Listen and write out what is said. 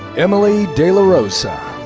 emily de la rosa.